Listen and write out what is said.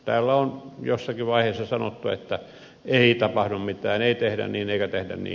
täällä on jossakin vaiheessa sanottu että ei tapahdu mitään ei tehdä niin eikä tehdä niin